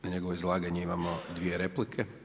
Na njegovo izlaganje imamo dvije replike.